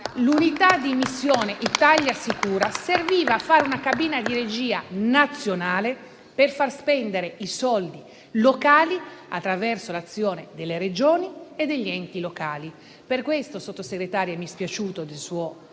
L'unità di missione "Italia sicura"serviva a fare una cabina di regia nazionale per far spendere i soldi locali attraverso l'azione delle Regioni e degli enti locali. Per questo, signor Sottosegretario, mi è dispiaciuta la sua